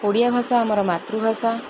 ଓଡ଼ିଆ ଭାଷା ଆମର ମାତୃଭାଷା